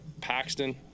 Paxton